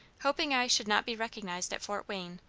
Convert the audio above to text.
hoping i should not be recognized at fort wayne,